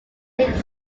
lake